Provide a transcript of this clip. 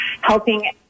helping